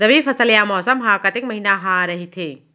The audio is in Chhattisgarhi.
रबि फसल या मौसम हा कतेक महिना हा रहिथे?